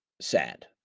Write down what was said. sad